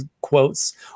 quotes